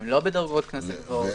הן לא בדרגות הקנס הגבוהות,